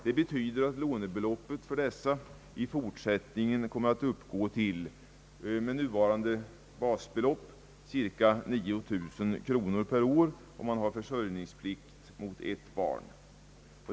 Det betyder att lånebeloppet för dessa i fortsättningen kommer att med nuvarande basbelopp uppgå till cirka 9 000 kronor per år om man har försörjningsplikt mot ett barn.